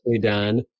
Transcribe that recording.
done